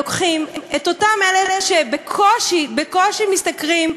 לוקחים את אותם אלה שבקושי, בקושי משתכרים,